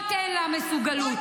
קחי אוויר.